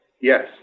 Yes